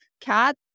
cat